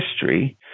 history